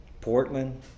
Portland